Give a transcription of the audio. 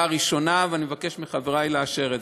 ראשונה ואני מבקש מחברי לאשר אותה.